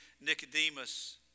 Nicodemus